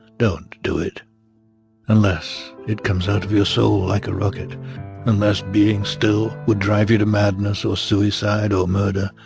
don't do it unless it comes out of your soul like a rocket unless being still would drive you to madness or suicide or murder.